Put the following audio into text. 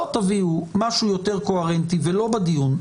לא תביאו משהו יותר קוהרנטי ולא תהיו בדיון,